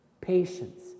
patience